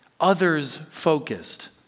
others-focused